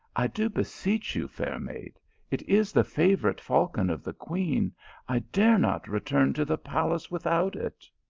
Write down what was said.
i do beseech you, fair maid it is the favourite falcon of the queen i dare not return to the palace without it.